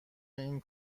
این